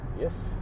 yes